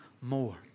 more